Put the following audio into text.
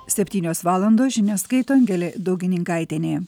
septynios valandos žinias skaito angelė daugininkaitienė